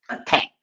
attack